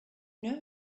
know